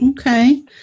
Okay